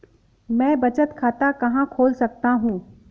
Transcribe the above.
मैं बचत खाता कहाँ खोल सकता हूँ?